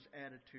attitude